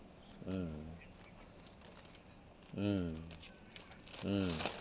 mm mm mm